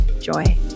joy